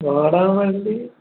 വാടാമല്ലി